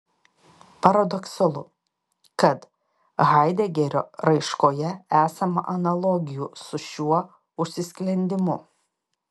paradoksalu kad haidegerio raiškoje esama analogijų su šiuo užsisklendimu